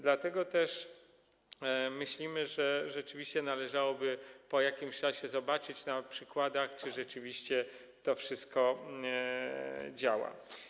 Dlatego też myślimy, że rzeczywiście należałoby po jakimś czasie zobaczyć na przykładach, czy rzeczywiście to wszystko działa.